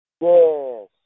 Yes